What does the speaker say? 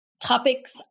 topics